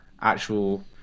actual